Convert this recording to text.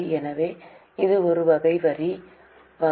எனவே இது ஒரு வகை வகை வரி வகை